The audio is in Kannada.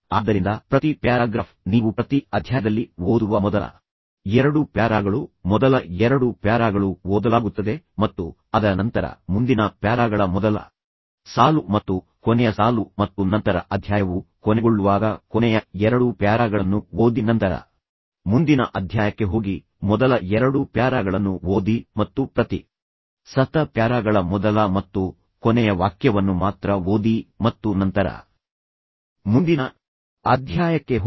ಆದ್ದರಿಂದ ಪ್ರತಿ ಪ್ಯಾರಾಗ್ರಾಫ್ ನೀವು ಪ್ರತಿ ಅಧ್ಯಾಯದಲ್ಲಿ ಓದುವ ಮೊದಲ ಎರಡು ಪ್ಯಾರಾಗಳು ಮೊದಲ ಎರಡು ಪ್ಯಾರಾಗಳು ಓದಲಾಗುತ್ತದೆ ಮತ್ತು ಅದರ ನಂತರ ಮುಂದಿನ ಪ್ಯಾರಾಗಳ ಮೊದಲ ಸಾಲು ಮತ್ತು ಕೊನೆಯ ಸಾಲು ಮತ್ತು ನಂತರ ಅಧ್ಯಾಯವು ಕೊನೆಗೊಳ್ಳುವಾಗ ಕೊನೆಯ ಎರಡು ಪ್ಯಾರಾಗಳನ್ನು ಓದಿ ನಂತರ ಮುಂದಿನ ಅಧ್ಯಾಯಕ್ಕೆ ಹೋಗಿ ಮೊದಲ ಎರಡು ಪ್ಯಾರಾಗಳನ್ನು ಓದಿ ಮತ್ತು ಪ್ರತಿ ಸತತ ಪ್ಯಾರಾಗಳ ಮೊದಲ ಮತ್ತು ಕೊನೆಯ ವಾಕ್ಯವನ್ನು ಮಾತ್ರ ಓದಿ ಮತ್ತು ಕೊನೆಯ ಎರಡು ಪ್ಯಾರಾಗಳನ್ನು ಓದಿ ನಂತರ ಮುಂದಿನ ಅಧ್ಯಾಯಕ್ಕೆ ಹೋಗಿ